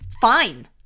fine